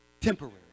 temporary